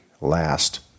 last